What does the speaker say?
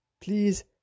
Please